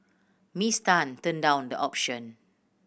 Miss Tan turned down the option